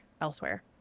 elsewhere